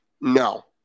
No